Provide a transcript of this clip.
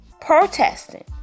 protesting